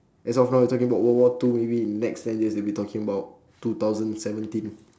as of now we're talking about world war two maybe in next ten years we'll be talking about two thousand seventeen